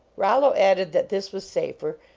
rollo added that this was safer,